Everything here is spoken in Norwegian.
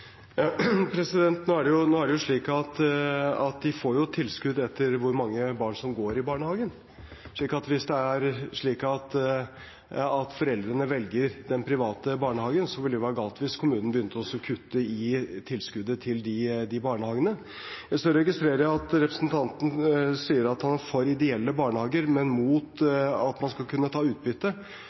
Nå er det jo slik at de får tilskudd etter hvor mange barn som går i barnehagen. Så hvis det er slik at foreldrene velger den private barnehagen, ville det være galt hvis kommunen begynte å kutte i tilskuddet til disse barnehagene. Jeg registrerer at representanten sier at han er for ideelle barnehager, men mot at man skal kunne ta utbytte.